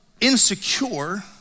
insecure